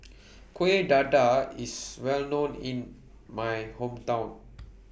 Kuih Dadar IS Well known in My Hometown